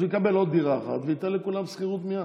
אז הוא יקבל עוד דירה אחת וייתן לכולם שכירות מייד.